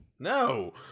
No